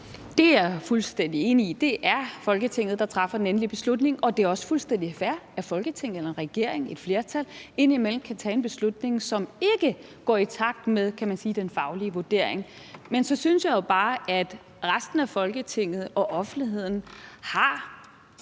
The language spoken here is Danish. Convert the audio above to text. Det er jeg fuldstændig enig i – det er Folketinget, der træffer den endelige beslutning. Og det er også fuldstændig fair, at Folketinget eller regeringen, et flertal, indimellem kan tage en beslutning, som ikke går i takt med, kan man sige, den faglige vurdering; men så synes jeg jo bare, at resten af Folketinget og offentligheden har